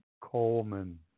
Coleman